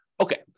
Okay